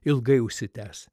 ilgai užsitęs